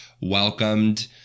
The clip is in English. welcomed